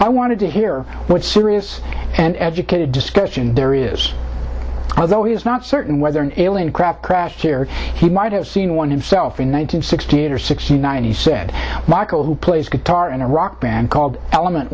i wanted to hear what serious and educated discussion there is although it's not certain whether an alien craft craft cared he might have seen one himself in one nine hundred sixty eight or sixty nine he said michael who plays guitar in a rock band called element